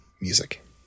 music